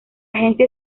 agencia